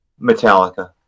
Metallica